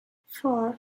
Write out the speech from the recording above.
four